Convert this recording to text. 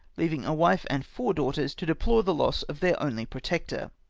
leaving a wife and four daughters to deplore the loss of their only protector.